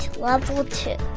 level two.